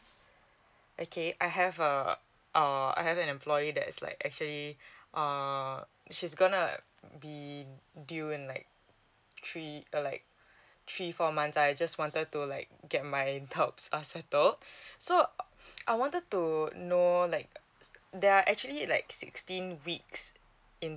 okay I have uh uh I have an employee that is like actually uh she's gonna be due in like three like three four months I just wanted to like get my doubts uh settled so uh I wanted to know like there are actually like sixteen weeks in